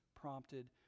prompted